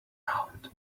round